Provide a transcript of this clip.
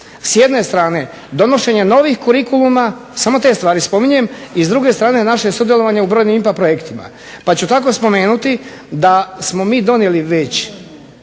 s jedne strane donošenje novih kurikuluma, samo te stvari spominjem i s druge strane naše sudjelovanje u brojnim IPA projektima. Pa ću tako spomenuti da smo mi donijeli već